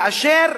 כאשר